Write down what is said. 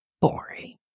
boring